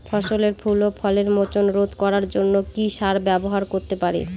ফসলের ফুল ও ফলের মোচন রোধ করার জন্য কি সার ব্যবহার করতে পারি?